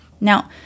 Now